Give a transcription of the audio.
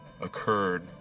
occurred